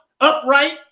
upright